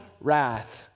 wrath